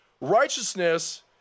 Righteousness